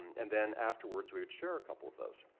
and then afterwards, we would share a couple of those.